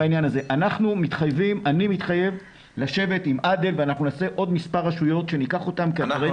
אני מתחייב לשבת עם עאדל וניקח עוד מספר רשויות כמודל